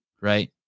right